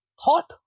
thought